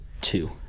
two